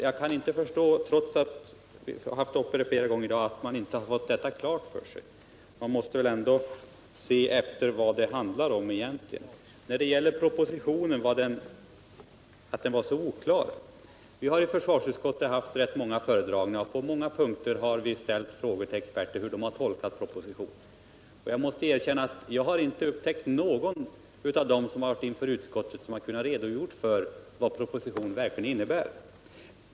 Jag kan inte förstå att han, trots att vi har haft den frågan uppe här flera gånger i dag, inte har fått detta klart för sig. Man måste väl ändå se efter vad frågan egentligen handlar om. När det gäller påståendet att propositionen är oklar vill jag säga att vi i försvarsutskottet har haft rätt många föredragningar, och på många punkter har vi också ställt frågor till experter om hur de har tolkat propositionen. Jag måste erkänna att jag inte har upptäckt att någon av dem som har kallats inför utskottet har kunnat redogöra för vad propositionen verkligen innebär.